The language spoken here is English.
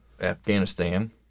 Afghanistan